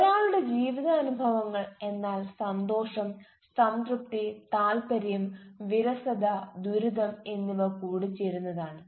ഒരാളുടെ ജീവിതാനുഭവങ്ങൾ എന്നാൽ സന്തോഷം സംതൃപ്തി താൽപ്പര്യം വിരസത ദുരിതം എന്നിവ കൂടിച്ചേരുന്നതാണ്